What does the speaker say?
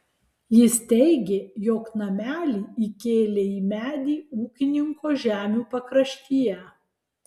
jis teigė jog namelį įkėlė į medį ūkininko žemių pakraštyje